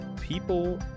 People